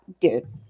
dude